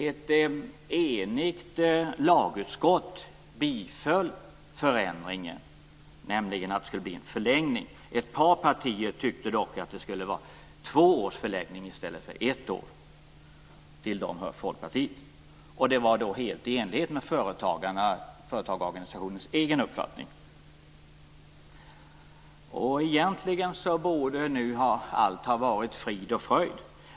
Ett enigt lagutskott biföll förändringen, dvs. att det skulle bli en förlängning. Ett par partier tyckte dock att det skulle vara två års förlängning i stället för ett. Till dem hör Folkpartiet. Det var helt i enlighet med företagarorganisationens egen uppfattning. Egentligen borde allt ha varit frid och fröjd.